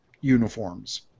uniforms